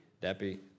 Deputy